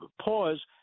pause